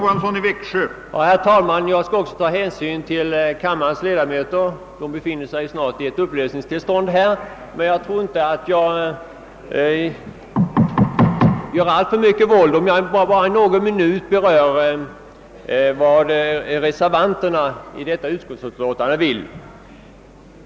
Herr talman! Också jag skall ta hänsyn till kammarens ledamöter, som snart befinner sig i upplösningstillstånd. Men jag tror inte att jag gör något större våld om jag använder någon minut för att redovisa vad reservanterna vill.